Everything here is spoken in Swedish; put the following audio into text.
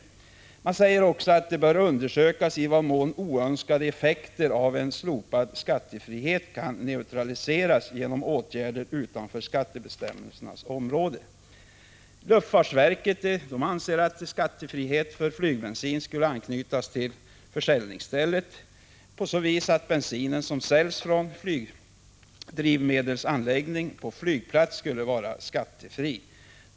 Man säger också att det bör undersökas i vad mån oönskade effekter av slopad skattefrihet kan neutraliseras genom åtgärder utanför skattebestämmelsernas område. Luftfartsverket anser att skattefrihet för flygbensin skulle anknytas till försäljningsställe på så vis att bensin som säljs från flygdrivmedelsanläggning på flygplatsen skulle vara skattefri.